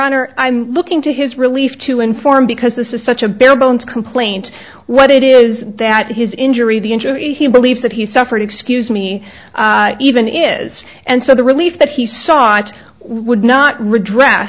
honor i'm looking to his relief to inform because this is such a bare bones complaint what it is that his injury the injury he believes that he suffered excuse me even is and so the relief that he sought would not redress